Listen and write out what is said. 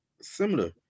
similar